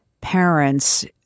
parents